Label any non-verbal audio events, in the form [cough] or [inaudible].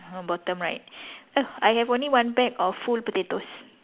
[noise] bottom right [noise] I have only one bag of full potatoes